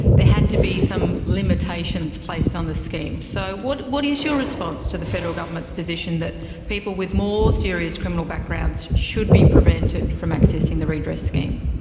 there had to be some limitations placed on the scheme'. so what what is your response to the federal government's position that people with more serious criminal backgrounds should be prevented from accessing the redress scheme?